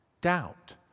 Doubt